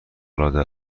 العاده